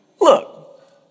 look